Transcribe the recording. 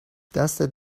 دستت